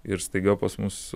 ir staiga pas mus